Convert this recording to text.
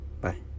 Bye